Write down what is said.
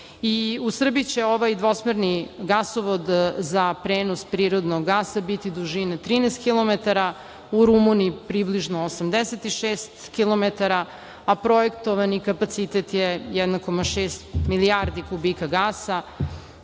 Srbiji će ovaj dvosmerni gasovod za prenos prirodnog gasa biti dužine 13 kilometara, u Rumuniji približno 86 kilometara, a projektovani kapacitet je 1,6 milijardi kubika gasa,